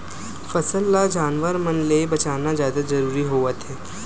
फसल ल जानवर मन ले बचाना जादा जरूरी होवथे